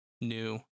new